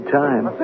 time